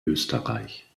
österreich